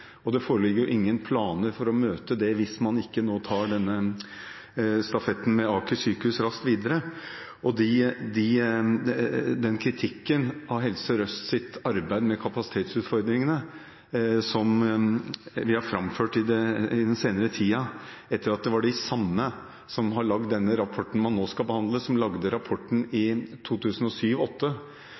Det foreligger jo ingen planer for å møte dette hvis man ikke nå tar denne stafetten med Aker sykehus raskt videre. Når det gjelder kritikken av Helse Sør-Østs arbeid med kapasitetsutfordringene som vi har framført i den senere tiden – etter at det var de samme som har lagd denne rapporten man nå skal behandle, som lagde rapporten i